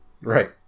Right